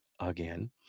again